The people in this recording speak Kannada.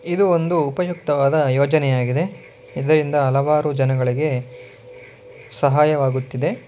ಇದು ಒಂದು ಉಪಯುಕ್ತವಾದ ಯೋಜನೆಯಾಗಿದೆ ಇದರಿಂದ ಹಲವಾರು ಜನಗಳಿಗೆ ಸಹಾಯವಾಗುತ್ತಿದೆ